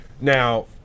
now